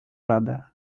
radę